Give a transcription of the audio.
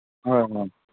ꯍꯣꯏ ꯍꯣꯏ